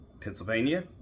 Pennsylvania